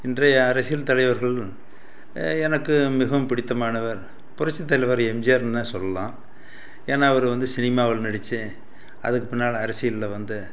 இன்றைய அரசியல் தலைவர்கள் எனக்கு மிகவும் பிடித்தமானவர் புரட்சி தலைவர் எம்ஜிஆர்னு தான் சொல்லலாம் ஏன்னால் அவர் வந்து சினிமாவில் நடித்து அதுக்குப் பின்னால் அரசியலில் வந்து